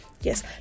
yes